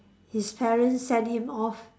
his parents send him off